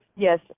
Yes